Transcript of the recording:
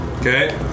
Okay